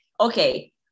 okay